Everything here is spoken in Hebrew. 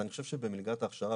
אז אני חושב שבמלגת ההכשרה,